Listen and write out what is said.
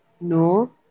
no